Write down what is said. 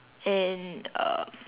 and um